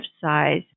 size